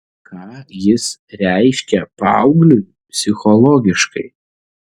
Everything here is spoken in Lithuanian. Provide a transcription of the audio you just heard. ką jis reiškia paaugliui psichologiškai